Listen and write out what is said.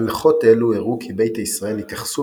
הלכות אלו הראו כי ביתא ישראל התייחסו